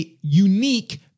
unique